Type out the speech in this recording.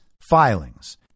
filings